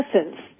essence